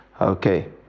Okay